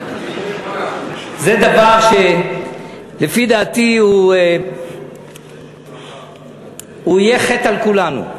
זה דבר שלפי דעתי, הוא יהיה חטא על כולנו.